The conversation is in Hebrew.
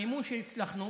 המימון שהצלחנו